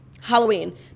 Halloween